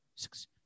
six